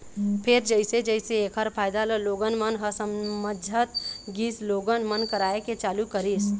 फेर जइसे जइसे ऐखर फायदा ल लोगन मन ह समझत गिस लोगन मन कराए के चालू करिस